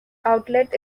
outlet